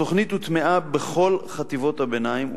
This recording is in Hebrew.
התוכנית הוטמעה בכל חטיבות הביניים,